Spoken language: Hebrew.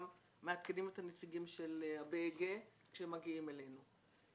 מעדכנים את הנציגים של ה-B.E.G כשהם מגיעים אלינו.